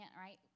Right